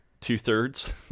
two-thirds